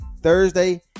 thursday